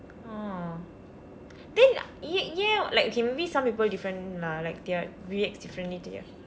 oh then ஏன் ஏன்:een een like okay maybe some people different lah like their reacts differently